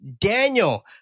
Daniel